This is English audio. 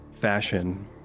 fashion